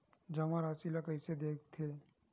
जमा राशि ला कइसे देखथे?